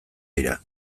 dira